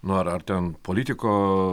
nu ar ar ten politico